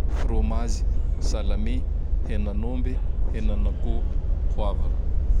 Frômazy, salami, henan'omby, henan'akoho, poavra.